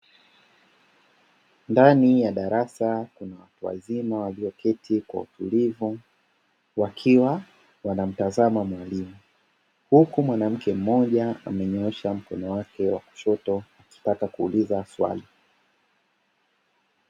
Ndani ya darasa kuna watu wazima walioketi Kwa utulivu wakiwa wanamtazama mwalimu, huku mwanamke mmoja akiwa amenyoosha mkono wa kushoto akitaka kuuliza swali.